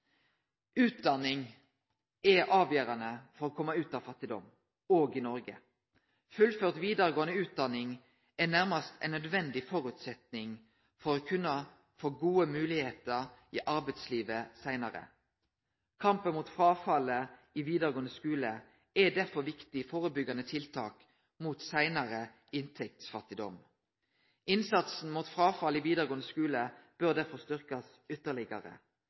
Utdanning er avgjerande for å kome ut av fattigdom – òg i Noreg. Fullført vidaregåande utdanning er nærast ein nødvendig føresetnad for å kunne få gode moglegheiter i arbeidslivet seinare. Kampen mot fråfallet i vidaregåande skule er derfor eit viktig førebyggjande tiltak mot seinare inntektsfattigdom. Innsatsen mot fråfall i vidaregåande skule bør derfor styrkjast ytterlegare.